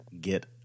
get